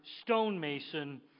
stonemason